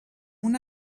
una